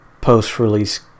post-release